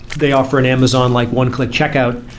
they offer an amazon like one-click checkout,